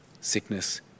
Sickness